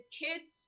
kids